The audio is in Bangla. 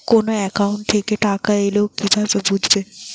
কোন একাউন্ট থেকে টাকা এল কিভাবে বুঝব?